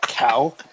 cow